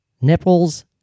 nipples